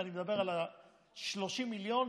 ואני מדבר על 30 מיליון.